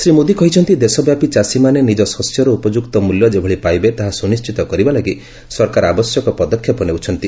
ଶ୍ରୀ ମୋଦୀ କହିଛନ୍ତି ଦେଶବ୍ୟାପୀ ଚାଷୀମାନେ ନିଜ ଶସ୍ୟର ଉପଯୁକ୍ତ ମୂଲ୍ୟ ଯେଭଳି ପାଇବେ ତାହା ସୁନିଶ୍ଚିତ କରିବା ଲାଗି ସରକାର ଆବଶ୍ୟକ ପଦକ୍ଷେପ ନେଉଛନ୍ତି